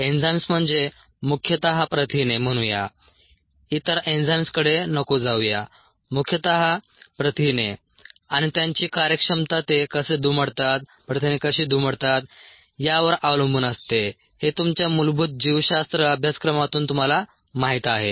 enzymes म्हणजे मुख्यतः प्रथिने म्हणूया इतर एन्झाइम्सकडे नको जाऊया मुख्यतः प्रथिने आणि त्यांची कार्यक्षमता ते कसे दुमडतात प्रथिने कशी दुमडतात यावर अवलंबून असते हे तुमच्या मूलभूत जीवशास्त्र अभ्यासक्रमातून तुम्हाला माहीत आहे